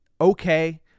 okay